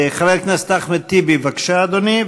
חבר הכנסת אחמד טיבי, בבקשה, אדוני.